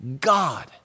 God